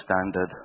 standard